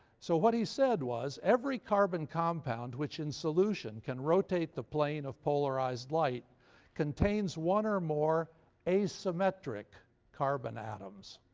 so what he said was, every carbon compound which in solution can rotate the plane of polarized light contains one or more asymmetric carbon atoms.